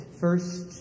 first